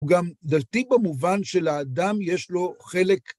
הוא דתי במובן של, האדם יש לו חלק...